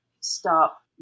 stop